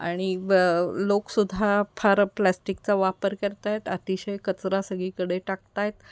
आणि ब लोकसुद्धा फार प्लॅस्टिकचा वापर करत आहेत अतिशय कचरा सगळीकडे टाकत आहेत